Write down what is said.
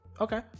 Okay